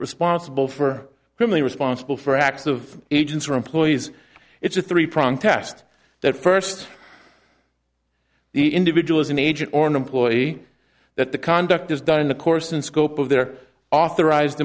responsible for criminal responsible for acts of agents or employees it's a three prong test that first the individual is an agent or an employee that the conduct is done in the course and scope of their authorised